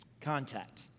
contact